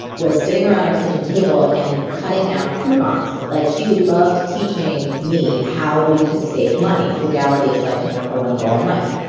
was sitting around our kitchen table and cutting out coupons. like she loved teaching me how we could save money. frugality is like her number one goal in life.